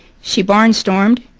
she barnstormed.